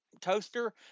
toaster